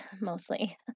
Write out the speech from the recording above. mostly